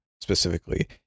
specifically